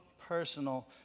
personal